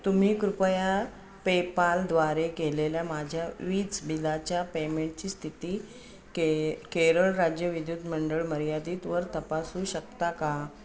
तुम्ही कृपया पेपालद्वारे केलेल्या माझ्या वीज बिलाच्या पेमेंटची स्थिती के केरळ राज्य विद्युत मंडळ मर्यादितवर तपासू शकता का